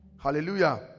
Hallelujah